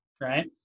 right